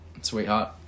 sweetheart